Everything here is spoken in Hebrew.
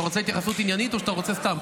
אתה רוצה התייחסות עניינית או שאתה רוצה סתם?